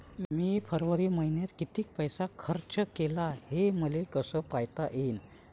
मी फरवरी मईन्यात कितीक पैसा खर्च केला, हे मले कसे पायता येईल?